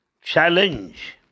challenge